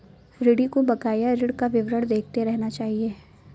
ऋणी को बकाया ऋण का विवरण देखते रहना चहिये